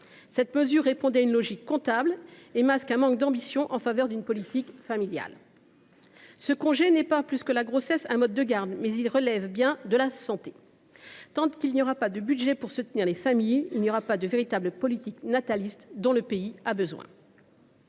Cette mesure, qui répondait à une logique comptable, masque un manque d’ambition en faveur de la politique familiale : ce congé, pas plus que la grossesse, n’est un mode de garde ; par contre, il relève bien de la santé ! Tant qu’il n’y aura pas de budget pour soutenir les familles, il n’y aura pas de véritable politique nataliste dont le pays a pourtant